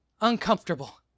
uncomfortable